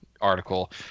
article